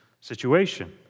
situation